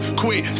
quit